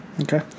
Okay